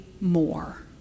more